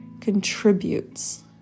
contributes